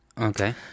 Okay